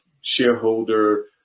shareholder